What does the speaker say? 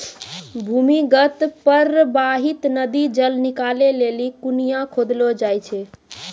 भूमीगत परबाहित नदी जल निकालै लेलि कुण्यां खोदलो जाय छै